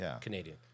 Canadian